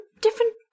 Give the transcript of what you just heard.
different